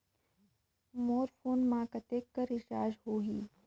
मोर phone मा कतेक कर रिचार्ज हो ही?